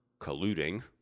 colluding